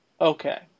Okay